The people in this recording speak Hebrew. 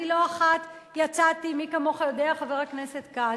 אני לא אחת יצאתי, מי כמוך יודע, חבר הכנסת כץ,